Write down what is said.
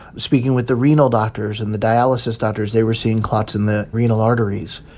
speaking with the renal doctors and the dialysis doctors, they were seeing clots in the renal arteries,